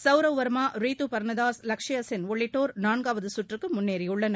சவ்ரவ் வர்மா ரீது பர்னதாஸ் லக்ஷையா சென் உள்ளிட்டோர் நான்காவது சுற்றுக்கு முன்னேறியுள்ளனர்